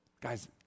Guys